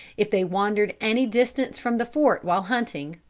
if they wandered any distance from the fort while hunting,